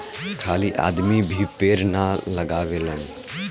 खाली आदमी भी पेड़ ना लगावेलेन